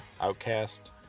Outcast